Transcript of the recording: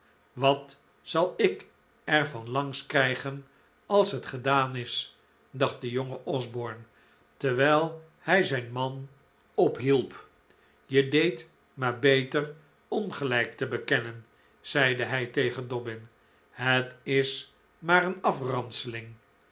wat zal ik er van langs krijgen als het gedaan is dacht de jonge osborne terwijl hij zijn man ophielp je deed maar beter ongelijk te bekennen zeide hij tegen dobbin het is maar een afranseling